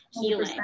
healing